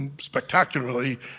spectacularly